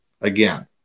again